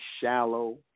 shallow